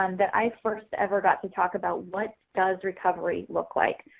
um that i first ever got to talk about what does recovery look like.